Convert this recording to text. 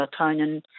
melatonin